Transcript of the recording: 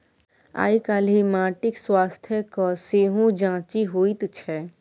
आयकाल्हि माटिक स्वास्थ्यक सेहो जांचि होइत छै